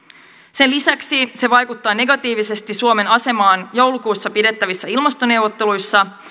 sen lisäksi se vaikuttaa negatiivisesti suomen asemaan joulukuussa pidettävissä ilmastoneuvotteluissa